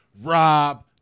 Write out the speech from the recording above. Rob